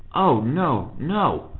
oh, no, no.